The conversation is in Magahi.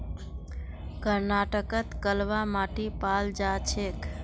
कर्नाटकत कलवा माटी पाल जा छेक